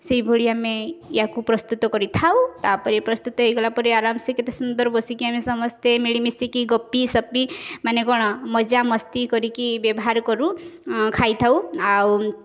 ସେଇଭଳି ଆମେ ୟାକୁ ପ୍ରସ୍ତୁତ କରିଥାଉ ତାପରେ ପ୍ରସ୍ତୁତ ହେଇଗଲା ପରେ ଆରାମ ସେ କେତେ ସୁନ୍ଦର ବସିକି ଆମେ ସମସ୍ତେ ମିଳି ମିଶିକି ଗପି ସପି ମାନେ କ'ଣ ମଜା ମସ୍ତି କରିକି ବ୍ୟବହାର କରୁ ଖାଇଥାଉ ଆଉ